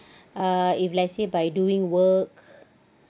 uh if let's say by doing work